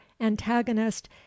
antagonist